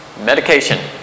medication